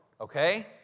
Okay